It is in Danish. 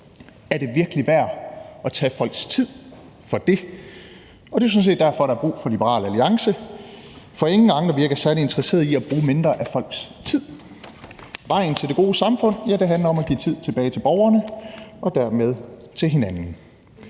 Er det virkelig værd at tage folks tid for dét? Og det er jo sådan set derfor, der er brug for Liberal Alliance, for ingen andre virker særlig interesserede i at bruge mindre af folks tid. Og vejen til det gode samfund handler om at give tid tilbage til borgerne og dermed til hinanden.